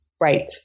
Right